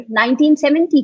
1970